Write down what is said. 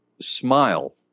smile